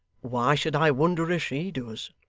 why should i wonder if she does